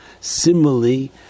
Similarly